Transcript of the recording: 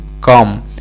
come